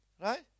right